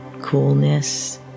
coolness